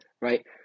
right